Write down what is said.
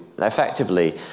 effectively